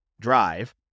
drive